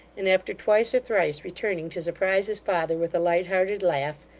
and after twice or thrice returning to surprise his father with a light-hearted laugh,